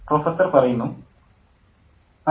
professor അതെ